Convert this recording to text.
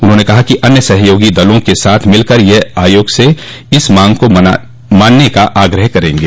उन्होंने कहा कि अन्य सहयोगी दलों के साथ मिलकर वह आयोग से इस मांग को मानने का आग्रह करेंगे